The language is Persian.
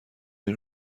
این